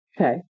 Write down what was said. Okay